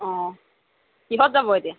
অঁ কিহত যাব এতিয়া